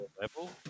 level